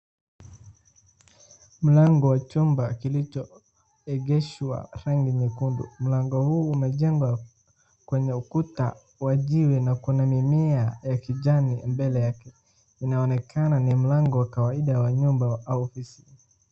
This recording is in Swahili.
Mlango wa chumba kilichoegeshwa rangi nyekundu. Mlango huu umejengwa kwenye ukuta wa jiwe na kuna mimea ya kijani mbele yake. Inaonekana ni mlango wa kawaida wa nyumba au ofisi.